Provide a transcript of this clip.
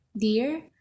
dear